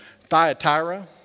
Thyatira